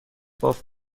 باف